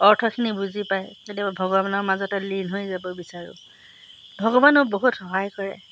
অৰ্থখিনি বুজি পাই কেতিয়াবা ভগৱানৰ মাজতে বিলীন হৈ যাব বিচাৰোঁ ভগৱানেও বহুত সহায় কৰে